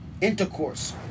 Intercourse